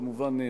כמובן,